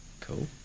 Cool